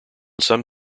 some